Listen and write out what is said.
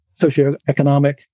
socioeconomic